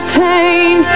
pain